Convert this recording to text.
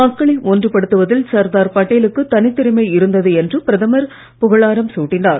மக்களை ஒன்றுபடுத்துவதில் சர்தார் படேலுக்கு தனித்திறமை இருந்து என்று பிரதமர் புகழாரம் சூட்டினார்